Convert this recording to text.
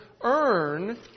earn